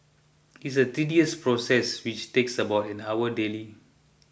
is a tedious process which takes about an hour daily